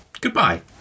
Goodbye